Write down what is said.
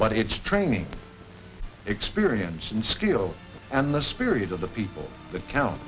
it's training experience and skill and the spirit of the people that counts